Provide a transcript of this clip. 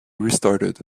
restarted